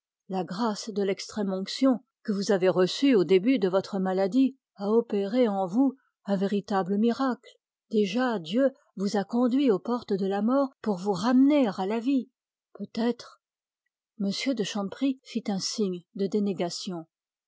la grâce de l'extrême onction que vous avez reçue au début de votre maladie a opéré en vous un véritable miracle déjà dieu vous a conduit aux portes de la mort pour vous ramener à la vie peut-être m de chanteprie fit un signe de dénégation